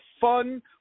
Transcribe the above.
fun